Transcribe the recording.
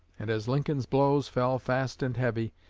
and, as lincoln's blows fell fast and heavy,